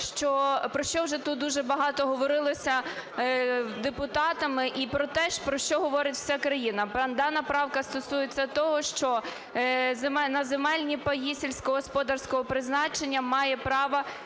про що вже тут дуже багато говорилося депутатами і про те ж, про що говорить вся країна. Дана правка стосується того, що на земельні паї сільськогосподарського призначення мають право